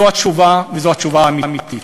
זו התשובה, וזו התשובה האמיתית,